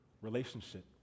relationship